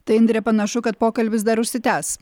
tai indre panašu kad pokalbis dar užsitęs